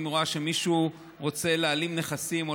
אם הוא ראה שמישהו להעלים נכסים או